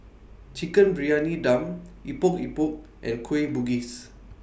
Chicken Briyani Dum Epok Epok and Kueh Bugis